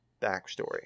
backstory